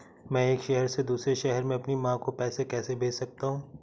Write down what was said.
मैं एक शहर से दूसरे शहर में अपनी माँ को पैसे कैसे भेज सकता हूँ?